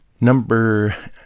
Number